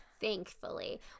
Thankfully